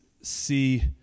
see